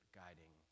guiding